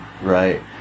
right